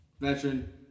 Veteran